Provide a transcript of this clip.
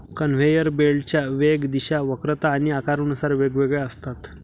conveyor बेल्टच्या वेग, दिशा, वक्रता आणि आकारानुसार वेगवेगळ्या असतात